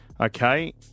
okay